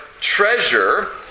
treasure